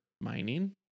mining